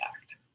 act